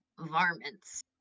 varmints